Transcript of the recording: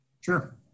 Sure